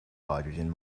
hydrogen